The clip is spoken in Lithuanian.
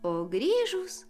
o grįžus